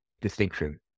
distinction